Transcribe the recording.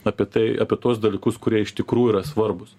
apie tai apie tuos dalykus kurie iš tikrų yra svarbūs